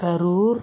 Karur